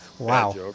Wow